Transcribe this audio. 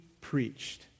preached